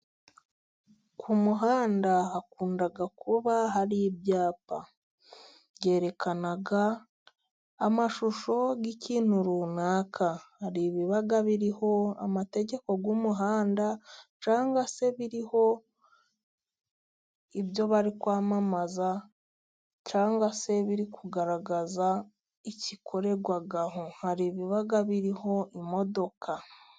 Ku muhanda hakunda kuba hari ibyapa byerekana amashusho y'ikintu runaka, hari ibiba biriho amategeko y'umuhanda cyangwa se biriho ibyo bari kwamamaza cyangwa se biri kugaragaza igikorerwa aho hari ibiba biriho imodoka.